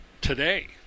today